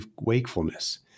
wakefulness